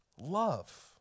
love